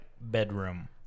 bedroom